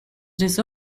this